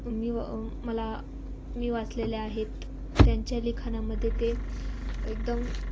मी व मला मी वाचलेल्या आहेत त्यांच्या लिखाणामध्ये ते एकदम